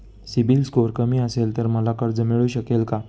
CIBIL score कमी असेल तर मला कर्ज मिळू शकेल का?